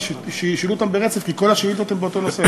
שישאלו אותן ברצף, כי כל השאילתות באותו נושא.